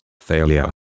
failure